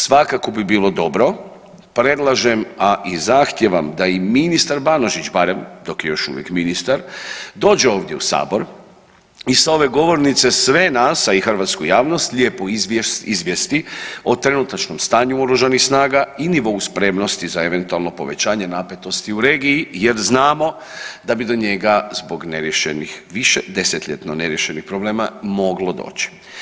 Svakako bi bilo dobro, predlažem a i zahtijevam da i ministar Banožić barem dok je još uvijek ministar dođe ovdje u Sabor i sa ove govornice sve nas, a i hrvatsku javnost lijepo izvijesti o trenutačnom stanju Oružanih snaga i nivou spremnosti za eventualno povećanje napetosti u regiji jer znamo da bi do njega zbog neriješenih više desetljetno neriješenih problema moglo doći.